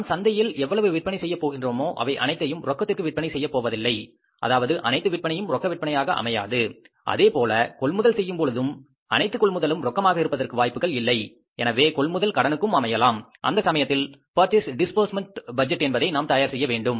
நாம் சந்தையில் எவ்வளவு விற்பனை செய்ய போகிறோமோ அவை அனைத்தையும் ரொக்கத்திற்கு விற்பனை செய்ய போவதில்லை அதாவது அனைத்து விற்பனையும் ரொக்க விற்பனையாக அமையாது அதேபோல கொள்முதல் செய்யும் பொழுதும் அனைத்து கொள்ளுதலும் ரொக்கமாக இருப்பதற்கு வாய்ப்புகள் இல்லை எனவே கொள்முதல் கடனுக்கும் அமையலாம் அந்த சமயத்தில் பர்ச்சேஸ் டிஸ்பூர்ஸ்மெண்ட் பட்ஜெட் என்பதை நாம் தயார் செய்ய வேண்டும்